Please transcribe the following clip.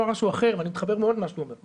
אמר משהו אחר ואני מתחבר מאוד למה שהוא אומר.